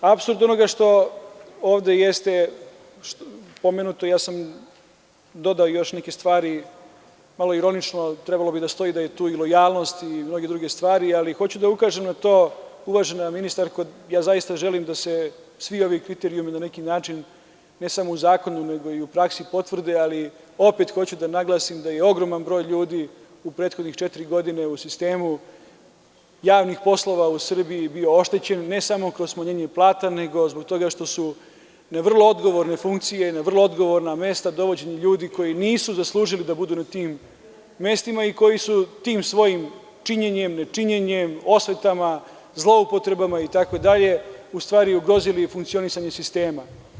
Apsurd onoga što ovde jeste pomenuto, ja sam dodao još neke stvari, malo ironično, trebalo bi da stoji da je tu i lojalnost i mnoge druge stvari, ali hoću da ukažem na to, uvažena ministarko, ja zaista želim da se svi ovi kriterijumi na neki način, ne samo u zakonu nego i u praksi potvrde, ali opet hoću da naglasim da je ogroman broj ljudi u prethodnih četiri godine u sistemu javnih poslova u Srbiji bio oštećen, ne samo kroz smanjenje plata, nego zbog toga što su na vrlo odgovorne funkcije, na vrlo odgovorna mesta dovođeni ljudi koji nisu zaslužili da budu na tim mestima i koji su tim svojim činjenjem, ne činjenjem, osvetama, zloupotrebama, itd, u stvari ugrozili funkcionisanje sistema.